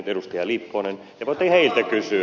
te voitte heiltä kysyä